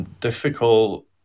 difficult